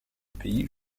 pays